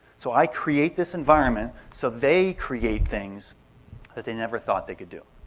so i create this environment so they create things that they never thought they could do.